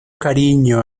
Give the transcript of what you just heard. cariño